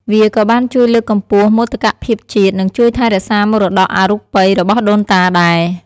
វាក៏បានជួយលើកកម្ពស់មោទកភាពជាតិ និងជួយថែរក្សាមរតកអរូបីរបស់ដូនតាដែរ។